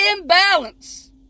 imbalance